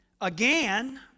again